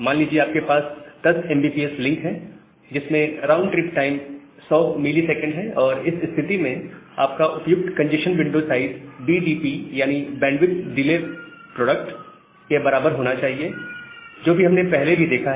मान लीजिए कि आपके पास 10mbps लिंक है और जिसमें राउंड ट्रिप टाइम 100 ms है और इस स्थिति में आपका उपयुक्त congestion window size B D P यानी बैंडविड्थ डिले प्रोडक्ट के बराबर होना चाहिए जो भी हमने पहले भी देखा है